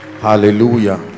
Hallelujah